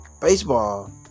baseball